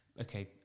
okay